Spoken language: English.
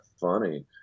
funny